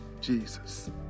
Jesus